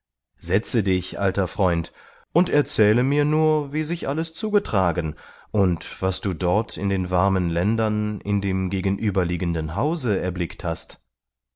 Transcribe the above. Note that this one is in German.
setze dich alter freund und erzähle mir nur wie sich alles zugetragen und was du dort in den warmen ländern in dem gegenüberliegenden hause erblickt hast